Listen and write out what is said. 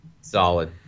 solid